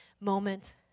moment